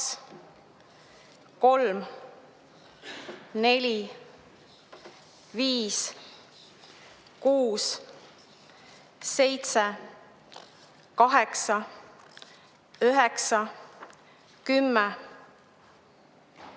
3, 4, 5, 6, 7, 8, 9, 10, 11,